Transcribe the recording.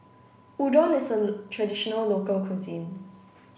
Udon is a traditional local cuisine